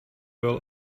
will